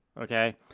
okay